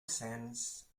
sense